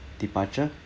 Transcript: departure